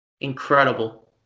incredible